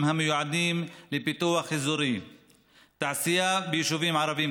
המיועדים לפיתוח אזורי תעשייה ביישובים ערביים,